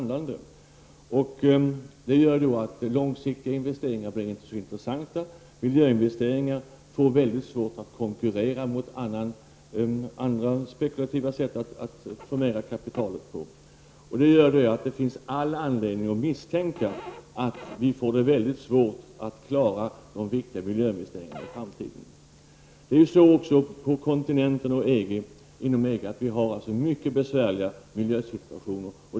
Det gör att långsiktiga investeringar inte blir så intressanta. Miljöinvesteringar får mycket svårt att konkurrera med andra spekulativa sätt att förmera kapital på. Det betyder att det finns all anledning att misstänka att vi får mycket svårt att klara de viktiga miljöinvesteringarna i framtiden. Även på kontinenten och inom EG förekommer många besvärliga miljösituationer.